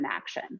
action